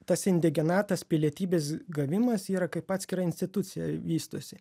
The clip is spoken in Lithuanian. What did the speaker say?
tas indigenatas pilietybės gavimas yra kaip atskira institucija vystosi